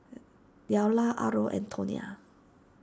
Delle Arlo and Tonia